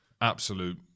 absolute